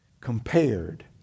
compared